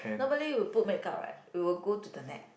normally you'll put make up right it'll go to the neck